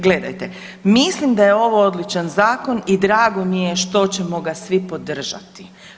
Gledajte, mislim da je ovo odličan zakon i drago mi je što ćemo ga svi podržati.